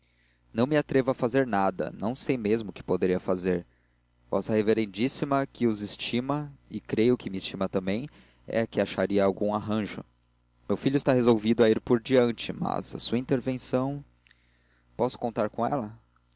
não me atrevo a fazer nada não sei mesmo o que poderia fazer vossa reverendíssima que os estima e creio que me estima também é que acharia algum arranjo meu filho está resolvido a ir por diante mas a sua intervenção posso contar com ela